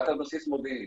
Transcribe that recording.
רק על בסיס מודיעין.